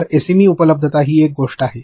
तर एसएमई उपलब्धता ही एक गोष्ट आहे